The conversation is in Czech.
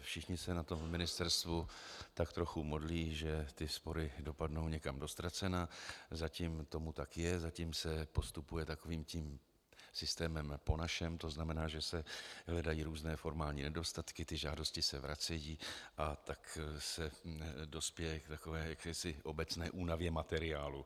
Všichni se na ministerstvu tak trochu modlí, že spory dopadnou někam do ztracena, zatím tomu tak je, zatím se postupuje takovým tím systémem po našem, to znamená, že se hledají různé formální nedostatky, žádosti se vracejí, a tak se dospěje k jakési obecné únavě materiálu.